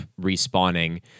respawning